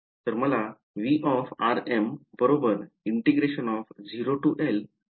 तर मला V बरोबर मिळाले